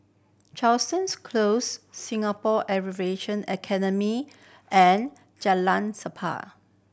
Close Singapore Academy and Jalan